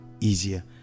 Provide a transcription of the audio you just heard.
easier